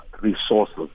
resources